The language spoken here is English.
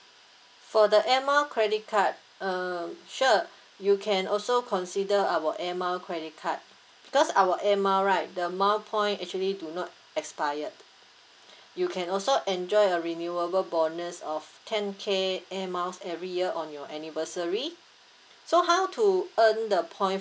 for the air mile credit card um sure you can also consider our air mile credit card because our air mile right the mile point actually do not expired you can also enjoy a renewable bonus of ten K air miles every year on your anniversary so how to earn the point